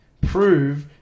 prove